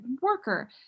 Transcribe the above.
worker